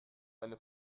eine